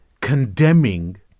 condemning